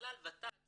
בכלל ות"ת